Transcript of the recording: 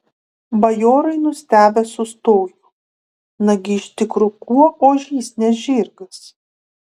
bajorai nustebę sustojo nagi iš tikro kuo ožys ne žirgas